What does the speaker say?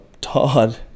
Todd